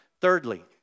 Thirdly